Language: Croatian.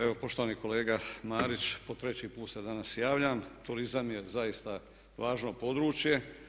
Evo poštovani kolega Marić, po treći put se danas javljam, turizam je zaista važno područje.